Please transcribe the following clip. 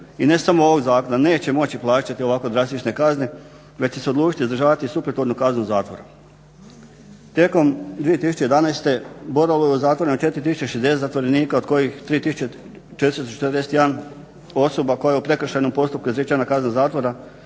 i ne samo ovog zakona, neće moći plaćati ovako drastične kazne već će se odlučiti izdržavati supletornu kaznu zatvora. Tijekom 2011. boravilo je u zatvorima 4060 zatvorenika od kojih 3441 osoba kojoj je u prekršajnom postupku izrečena kazna zatvora